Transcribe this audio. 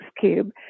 cube